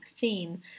theme